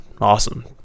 awesome